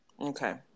okay